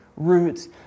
roots